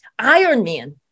Ironman